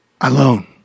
alone